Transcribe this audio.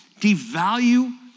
devalue